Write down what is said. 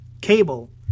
Cable